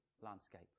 landscape